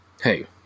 hey